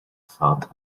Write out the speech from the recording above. fad